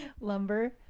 lumber